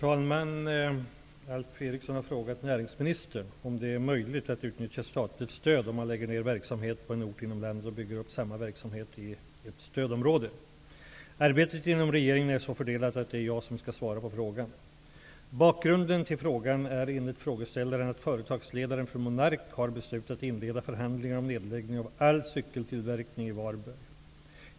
Alf Eriksson har frågat näringsministern om det är möjligt att utnyttja statligt stöd om man lägger ner verksamhet på en ort inom landet och bygger upp samma verksamhet i ett stödområde. Arbetet inom regeringen är så fördelat att det är jag som skall svara på frågan. Bakgrunden till frågan är enligt frågeställaren att företagsledningen för Monark har beslutat inleda förhandlingar om nedläggning av all cykeltillverkning i Varberg.